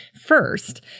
First